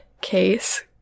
case